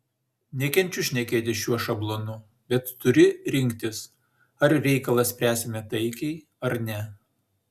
nekenčiu šnekėti šiuo šablonu bet turi rinktis ar reikalą spręsime taikiai ar ne